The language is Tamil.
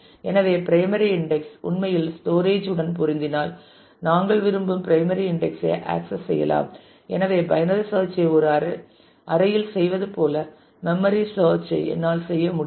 எனவே பிரைமரி இன்டெக்ஸ் உண்மையில் ஸ்டோரேஜ் உடன் பொருந்தினால் நாங்கள் விரும்பும் பிரைமரி இன்டெக்ஸ் ஐ ஆக்சஸ் செய்யலாம் எனவே பைனரி சேர்ச் ஐ ஒரு அறையில் செய்வது போல மெம்மரி சேர்ச் ஐ என்னால் செய்ய முடியும்